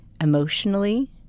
emotionally